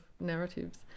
narratives